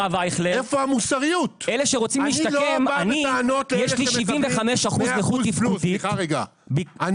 הרב אייכלר לי יש 75% נכות תפקודית ----- אני